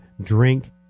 drink